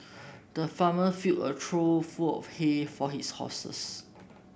the farmer filled a trough full of hay for his horses